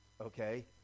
okay